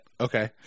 Okay